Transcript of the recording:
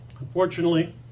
Unfortunately